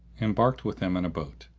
embarked with them in a boat.